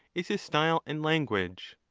is his style and language.